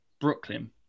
Brooklyn